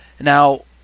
Now